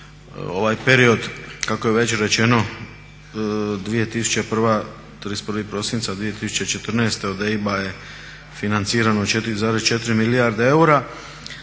ovaj period, kako je već rečeno 2001., 31. prosinca 2014. od EIB-a je financirano 4,4 milijarde eura.